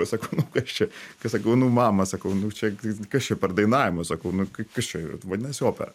sakau nu kas čia kaip sakau nu mama sakau nu čia kas čia per dainavimas sakau nu kas čia vadinasi opera